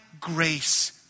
grace